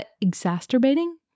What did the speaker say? exacerbating